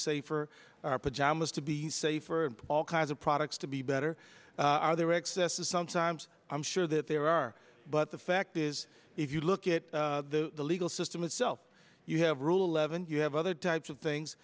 safer our pajamas to be safe for all kinds of products to be better are there excesses sometimes i'm sure that there are but the fact is if you look at the legal system itself you have rule leavened you have other types of things